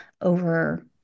over